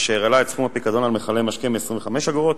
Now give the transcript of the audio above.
אשר העלה את סכום הפיקדון על מכלי משקה מ-25 אגורות